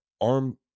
arm